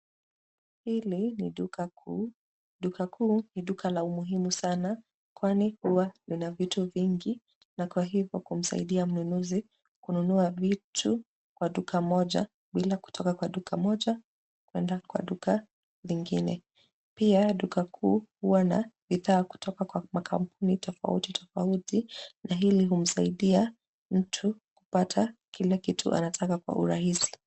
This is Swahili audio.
Hili ni duka kuu. Duka kuu ni duka la umuhimu sana kwani huwa lina vitu vingi na kwa hivyo kumsaidia mnunuzi kununua vitu kwa duka moja bila kutoka kwa duka moja kwenda kwa duka lingine. Pia duka kuu huwa na bidhaa kutoka kwa makampuni tofauti, tofauti na hili humsaidia mtu kupata kile kitu anataka kwa urahisi.